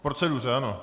K proceduře, ano.